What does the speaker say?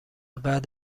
بعد